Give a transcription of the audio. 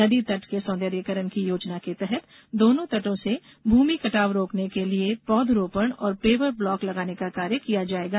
नदी तट के सौंदर्यीकरण की योजना के तहत दोनों तटों से भूमि कटाव रोकने के लिए पौधरोपण और पेवर ब्लॉक लगाने का कार्य किया जाएगा